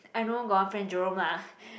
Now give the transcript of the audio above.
I know got one friend Jerome lah